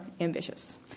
ambitious